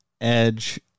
edge